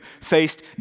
faced